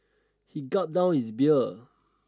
he gulped down his beer